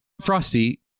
frosty